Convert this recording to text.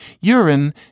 Urine